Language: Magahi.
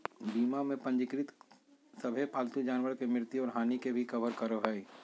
बीमा में पंजीकृत सभे पालतू जानवर के मृत्यु और हानि के भी कवर करो हइ